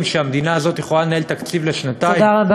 שהמדינה הזאת יכולה לנהל תקציב לשנתיים,